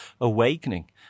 awakening